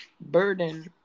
burden